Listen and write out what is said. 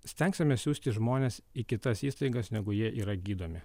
stengsimės siųsti žmones į kitas įstaigas negu jie yra gydomi